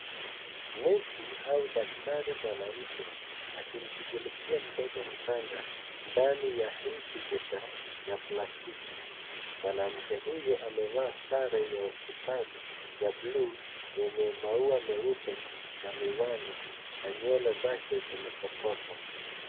Nesi au daktari mwanamke akimshughulikia mtoto mchanga, ndani ya incubator ya plastiki, mwanamke huyo amevaa sare ya hospitali ya bluu yenye maua meupe na miwani, na nywele zake zimesokotwa.